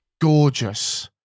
gorgeous